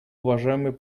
уважаемый